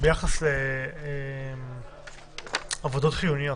ביחס לעבודות חיוניות.